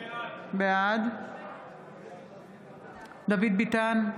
בעד דוד ביטן,